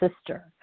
sister